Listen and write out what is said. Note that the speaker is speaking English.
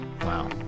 wow